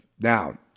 now